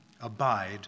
abide